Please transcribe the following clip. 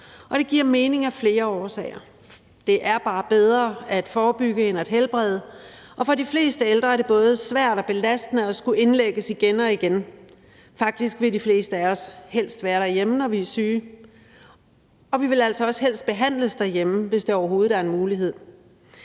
at det giver mening af flere årsager. Det er bare bedre at forebygge end at helbrede, og for de fleste ældre er det både svært og belastende at skulle indlægges igen og igen. Faktisk vil de fleste af os helst være derhjemme, når vi er syge, og vi vil altså også helst behandles derhjemme, hvis det overhovedet er en mulighed.